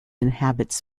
inhabits